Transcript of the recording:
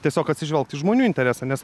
tiesiog atsižvelgt į žmonių interesą nes